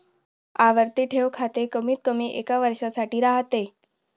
आवर्ती ठेव खाते कमीतकमी एका वर्षासाठी राहते